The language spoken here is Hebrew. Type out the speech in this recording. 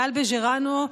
גל ביז'רנו,